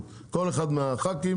ושל הקיבוצים